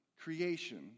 creation